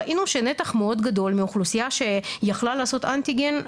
ראינו שנתח מאוד גדול מאוכלוסייה שיכלה לעשות אנטיגן,